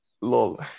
lol